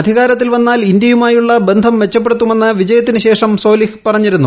അധികാരത്തിൽ വന്നാൽ ഇന്ത്യയുമായുള്ള ബന്ധം മെച്ചപ്പെടുത്തുമെന്ന് വിജയത്തിനു ശേഷം സോലിഹ് പറഞ്ഞിരുന്നു